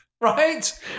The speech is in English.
right